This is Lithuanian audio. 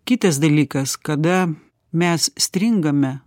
kitas dalykas kada mes stringame